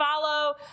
follow